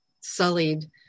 sullied